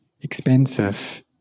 expensive